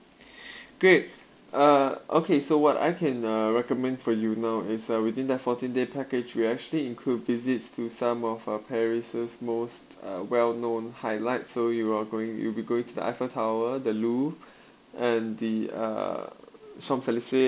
great uh okay so what I can uh recommend for you now is uh within the fourteen day package we actually include visits to some of uh paris's most uh well known highlight so you're going you will be going to the eiffel tower the louvre and the uh champs élysées